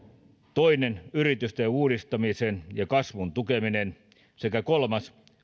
toinen yritysten uudistamisen ja kasvun tukeminen sekä kolmas